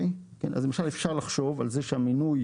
אז למשל אפשר לחשוב על זה שהמינוי